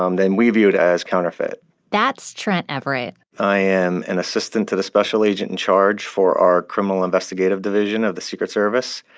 um then we view it as counterfeit that's trent everett i am an assistant to the special agent in charge for our criminal investigative division of the secret service,